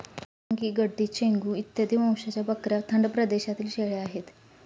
चांथागी, गड्डी, चेंगू इत्यादी वंशाच्या बकऱ्या थंड प्रदेशातील शेळ्या आहेत